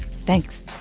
thanks